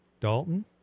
Dalton